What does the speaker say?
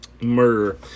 Murder